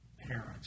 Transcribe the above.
parents